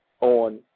on